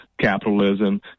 capitalism